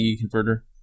converter